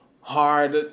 hard